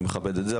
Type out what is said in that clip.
אני מכבד את זה,